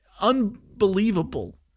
unbelievable